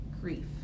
grief